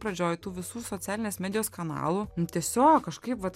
pradžioj tų visų socialinės medijos kanalų tiesiog kažkaip vat